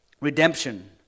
Redemption